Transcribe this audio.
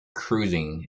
cruising